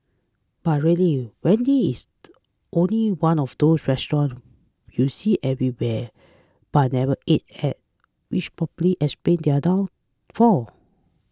but really Wendy's is only one of those restaurants you see everywhere but never ate at which probably explains their downfall